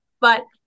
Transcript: but-